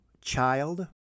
child